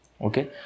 okay